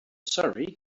surrey